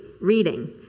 reading